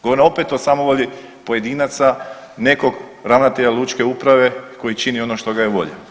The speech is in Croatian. Govorim opet o samovolji pojedinaca, nekog ravnatelja lučke uprave koji čini ono što ga je volja.